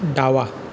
डावा